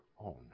own